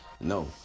No